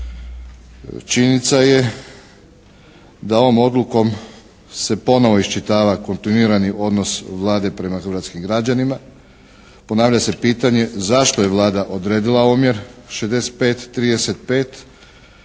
Činjenica je da ovom Odlukom se ponovo iščitava kontinuirani odnos Vlade prema hrvatskim građanima. Ponavlja se pitanje zašto je Vlada odredila omjer 65:35